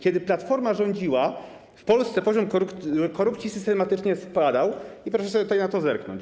Kiedy Platforma rządziła, w Polsce poziom korupcji systematycznie spadał, proszę tutaj zerknąć.